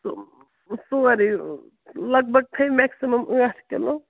سُہ سورُے لگ بگ تھٲے میٚکسِمَم ٲٹھ کِلوٗ